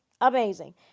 Amazing